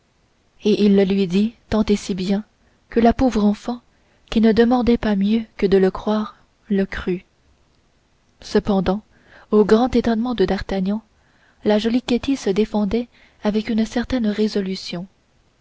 et il le lui dit tant et si bien que la pauvre enfant qui ne demandait pas mieux que de le croire le crut cependant au grand étonnement de d'artagnan la jolie ketty se défendait avec une certaine résolution